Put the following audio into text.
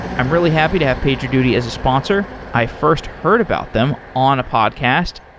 i'm really happy to have pagerduty as a sponsor. i first heard about them on a podcast,